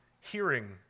hearing